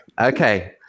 Okay